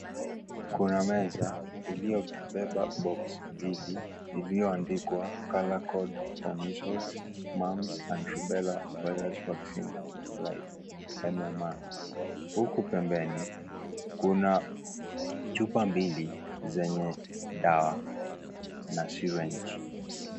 Kuna meza iliyobeba (CS)box(CS) mbili iliyoandikwa colour code for measles ,mumps and rubella virus vaccine live MMR ,huku pembeni kuna chupa mbili zenye dawa na (CS)syringe(CS).